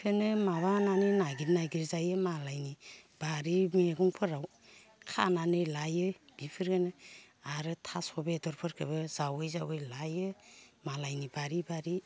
इखायनो माबानानै नागिर नागिर जायो मालायनि बारि मैगंफोराव खानानै लायो बिफोरनो आरो थास' बेदरफोरखोबो जावै जावै लायो मालायनि बारि बारि